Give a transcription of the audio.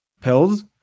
pills